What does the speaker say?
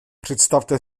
představte